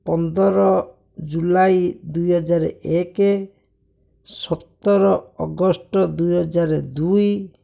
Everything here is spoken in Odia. ପନ୍ଦର ଜୁଲାଇ ଦୁଇ ହଜାର ଏକ ସତର ଅଗଷ୍ଟ ଦୁଇ ହଜାର ଦୁଇ